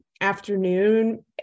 afternoon